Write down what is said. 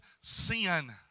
sin